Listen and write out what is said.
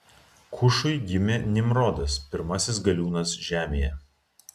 kušui gimė nimrodas pirmasis galiūnas žemėje